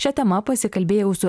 šia tema pasikalbėjau su